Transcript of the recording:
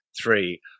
three